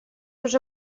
уже